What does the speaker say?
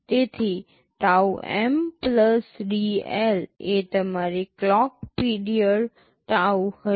તેથી taum dL એ તમારી ક્લોક પીરિયડ tau હશે